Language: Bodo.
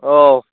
औ